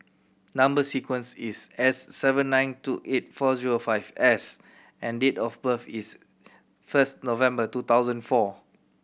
number sequence is S seven nine two eight four zero five S and date of birth is first November two thousand four